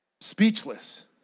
Speechless